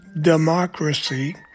democracy